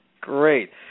Great